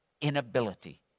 inability